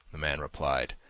the man replied,